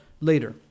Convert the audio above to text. later